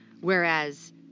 Whereas